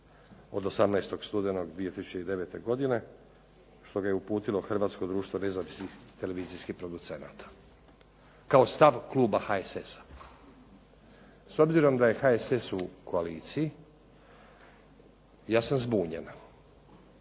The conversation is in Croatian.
od 18. studenog 2009. godine, što ga je uputilo Hrvatsko društvo nezavisnih televizijskih producenata. Kao stav kluba HSS-a. S obzirom da je HSS u koaliciji, ja sam zbunjen.